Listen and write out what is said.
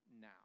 now